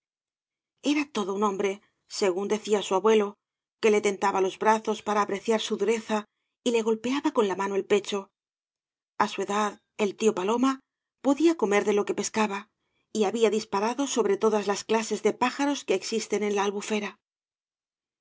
era todo un hombre según decía su abuelo que le tentaba los brazos para apreciar su dureza y le golpeaba con la mano el pecho a su edad el tío paloma podía comer de lo que pescaba y ha bía disparado sobre todas las clases de pájaros que existen en la albufera